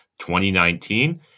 2019